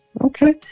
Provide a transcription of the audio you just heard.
okay